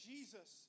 Jesus